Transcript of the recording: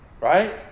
right